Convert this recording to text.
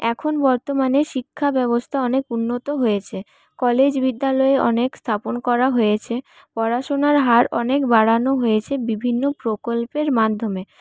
এখন বর্তমানে শিক্ষাব্যবস্থা অনেক উন্নত হয়েছে কলেজ বিদ্যালয় অনেক স্থাপন করা হয়েছে পড়াশোনার হার অনেক বাড়ানো হয়েছে বিভিন্ন প্রকল্পের মাধ্যমে